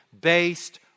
based